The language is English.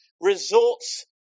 resorts